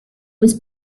was